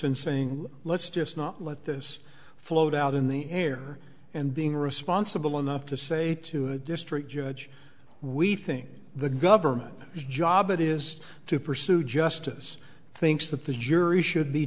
in saying let's just not let this float out in the air and being responsible enough to say to a district judge we think the government is job it is to pursue justice thinks that the jury should be